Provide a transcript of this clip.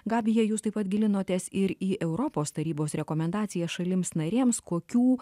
gabija jūs taip pat gilinotės ir į europos tarybos rekomendaciją šalims narėms kokių